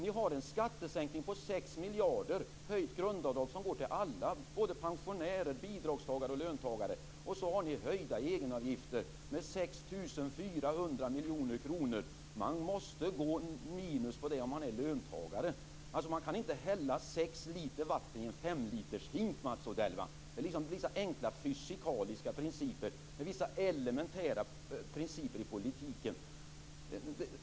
Ni har en skattesänkning på 6 miljarder, höjt grundavdrag som går till alla, pensionärer, bidragstagare och löntagare, och sedan har ni höjda egenavgifter med 6 400 miljoner kronor. Man måste gå minus på det om man är löntagare. Man kan inte hälla sex liter vatten i en femlitershink, Mats Odell. Det handlar om vissa enkla fysikaliska principer. Det finns vissa elementära principer i politiken.